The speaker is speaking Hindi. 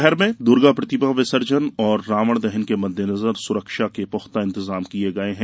शहर में दुर्गा प्रतिमा विसर्जन और रावण दहन के मद्देनजर सुरक्षा के पुख्ता इंतेजाम किये गये हैं